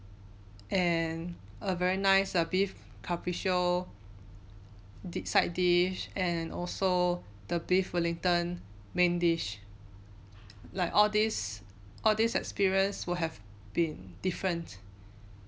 and a very nice err beef carpaccio di~ side dish and also the beef wellington main dish like all this all this experience will have been different